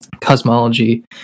cosmology